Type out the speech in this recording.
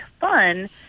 fun